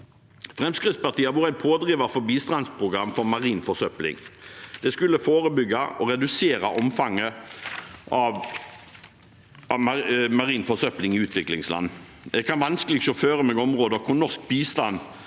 Fremskrittspartiet har vært en pådriver for bistandsprogrammet mot marin forsøpling. Det skulle forebygge og redusere omfanget av marin forsøpling i utviklingsland. Jeg kan vanskelig se for meg områder hvor norsk bistand